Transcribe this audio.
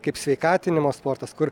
kaip sveikatinimo sportas kur